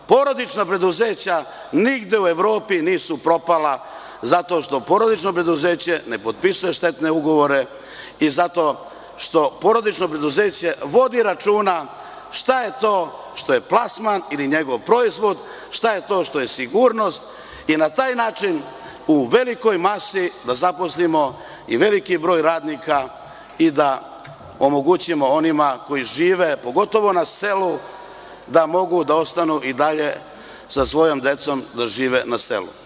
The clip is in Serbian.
Porodična preduzeća nigde u Evropi nisu propala zato što porodično preduzeće ne potpisuje štetne ugovore i zato što porodično preduzeće vodi računa šta je to što je plasman ili njegov proizvod, šta je to što je sigurnost i na taj način u velikoj masi da zaposlimo i veliki broj radnika i da omogućimo onima koji žive, a pogotovo na selu da mogu da ostanu i dalje sa svojom decom da žive na selu.